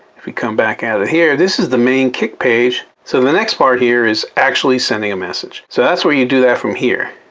if we come back out of here, this is the main kik page. so the next part here is actually sending a message so that's where you do that from here.